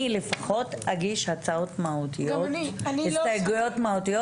אני אגיש הסתייגויות מהותיות.